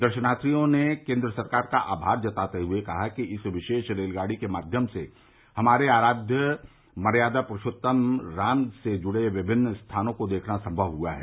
दर्शनार्थियों ने केन्द्र सरकार का आभार जताते हुए कहा कि इस विशेष रेलगाड़ी के माध्यम से हमारे आराध्य मर्यादा पुरूषोत्तम राम से जुड़े विभिन्न स्थानों को देखना संभव हुआ है